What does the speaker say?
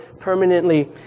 permanently